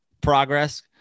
progress